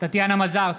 טטיאנה מזרסקי,